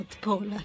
Paula